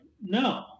no